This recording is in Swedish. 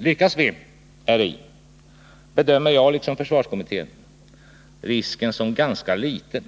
Lyckas vi häri bedömer jag, liksom försvarskommittén, risken som ganska liten